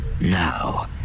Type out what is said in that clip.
Now